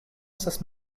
estas